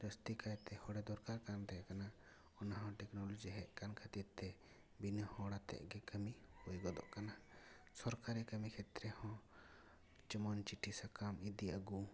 ᱡᱟᱹᱥᱛᱤ ᱠᱟᱭᱛᱮ ᱦᱚᱲᱮ ᱫᱚᱨᱠᱟᱨ ᱛᱟᱦᱮᱸ ᱠᱟᱱᱟ ᱚᱱᱟ ᱦᱚᱸ ᱴᱮᱠᱱᱳᱞᱳᱡᱤ ᱦᱮᱡ ᱟᱠᱟᱱ ᱠᱷᱟᱹᱛᱤᱨ ᱛᱮ ᱵᱤᱱᱟᱹ ᱦᱚᱲ ᱟᱛᱮᱫ ᱜᱮ ᱠᱟᱹᱢᱤ ᱦᱩᱭ ᱜᱚᱫᱚᱜ ᱠᱟᱱᱟ ᱥᱚᱨᱠᱟᱨᱤ ᱠᱟᱹᱢᱤ ᱠᱷᱮᱛᱨᱮ ᱦᱚᱸ ᱡᱮᱢᱚᱱ ᱪᱤᱴᱷᱤ ᱥᱟᱠᱟᱢ ᱤᱫᱤ ᱟᱹᱜᱩ